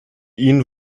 ihn